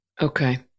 Okay